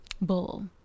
bull